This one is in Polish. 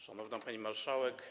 Szanowna Pani Marszałek!